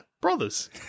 brothers